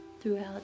throughout